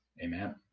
amen